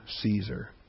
Caesar